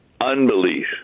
unbelief